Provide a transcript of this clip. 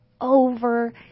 over